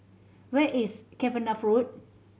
where is Cavenagh Road